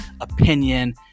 opinion